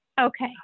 Okay